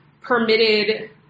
permitted